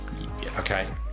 okay